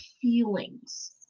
feelings